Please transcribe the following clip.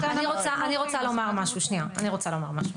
אני רוצה לומר משהו.